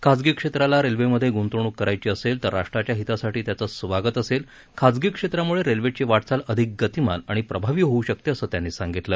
खासगी क्षेत्राला रेल्वेमध्ये गुंतवणूक करायची असेल तर राष्ट्राच्या हितासाठी त्यांचं स्वागत असेल खाजगी क्षेत्रामुळे रेल्वेची वाटचाल अधिक गतिमान आणि प्रभावी होऊ शकते असं त्यांनी सांगितलं